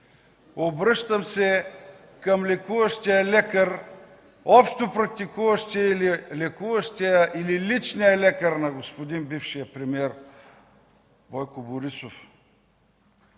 обръщам се към лекуващия, общопрактикуващия или личния лекар на господин бившия премиер Бойко Борисов.